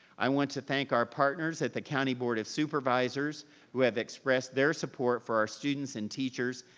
i want to thank our partners at the county board of supervisors who have expressed their support for our students and teachers,